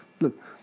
Look